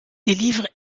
délivre